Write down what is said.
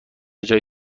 جای